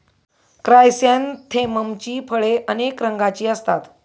क्रायसॅन्थेममची फुले अनेक रंगांची असतात